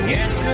Yes